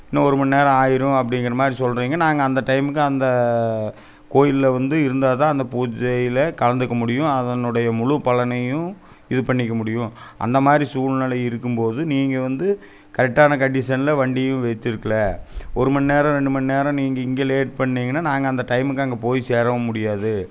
இன்னும் ஒரு மணிநேரம் ஆயிடும் அப்படிங்கிற மாதிரி சொல்கிறீங்க நாங்கள் அந்த டைமுக்கு அந்த கோயிலில் வந்து இருந்தால் தான் அந்த பூஜையில் கலந்துக்க முடியும் அதனுடைய முழு பலனையும் இது பண்ணிக்க முடியும் அந்த மாதிரி சூழ்நிலை இருக்கும்போது நீங்கள் வந்து கரெக்டான கண்டிஷனில் வண்டியும் வச்சிருக்கல ஒரு மணிநேரம் ரெண்டு மணிநேரம் நீங்கள் இங்கே லேட் பண்ணீங்கன்னால் நாங்கள் அந்த டைமுக்கு அங்கே போய் சேரவும் முடியாது